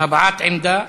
הבעת עמדה.